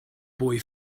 boy